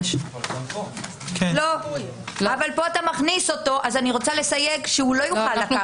אני רוצה לסייג שהוא לא יוכל לקחת.